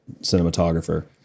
cinematographer